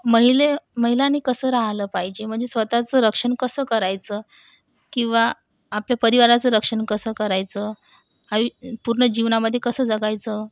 महिला महिलांनी कसं राहिलं पाहिजे म्हणजे स्वतःचं रक्षण कसं करायचं किंवा आपल्या परिवाराचं रक्षण कसं करायचं आयु पूर्ण जीवनामध्ये कसं जगायचं